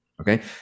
okay